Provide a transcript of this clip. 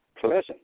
pleasant